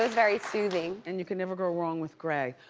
very soothing. and you can never go wrong with gray.